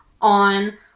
on